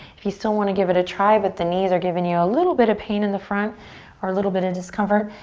if you still want to give it a try but the knees are giving you a little bit of pain in the front or a little bit of discomfort,